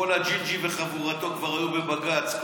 הג'ינג'י וחבורתו כבר היו בבג"ץ.